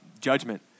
judgment